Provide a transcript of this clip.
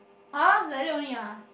!huh! like that only ah